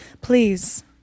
please